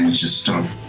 just start